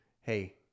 hey